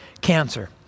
cancer